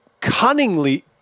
cunningly